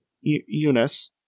Eunice